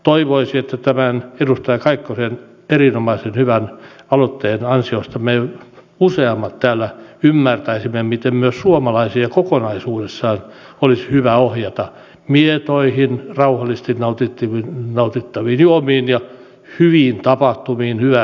toivoisi että tämän edustaja kaikkosen erinomaisen hyvän aloitteen ansiosta me useammat täällä ymmärtäisimme miten myös suomalaisia kokonaisuudessaan olisi hyvä ohjata mietoihin rauhallisesti nautittaviin juomiin ja hyviin tapahtumiin hyvään seuraan